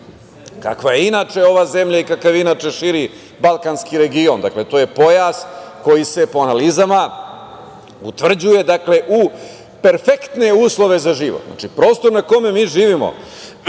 kakva je inače ova zemlja i kakav je inače širi balkanski region. To je pojas koji se po analizama utvrđuje u perfektne uslove za život. Prostor na kome mi živimo,